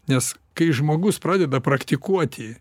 nes kai žmogus pradeda praktikuoti